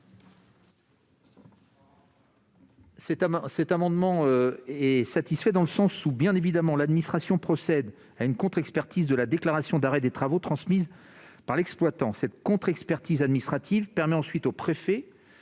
Cet amendement est satisfait, car l'administration procède à une contre-expertise de la déclaration d'arrêt des travaux transmise par l'exploitant. Cette contre-expertise administrative permet ensuite au préfet